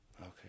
Okay